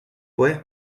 pues